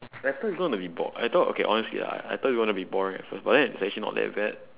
I thought we gonna be bored I thought okay honestly lah I thought you gonna be boring at first but then it's actually not that bad